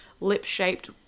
lip-shaped